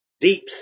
deep